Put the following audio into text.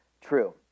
true